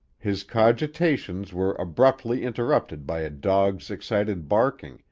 his cogitations were abruptly interrupted by a dog's excited barking,